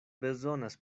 bezonas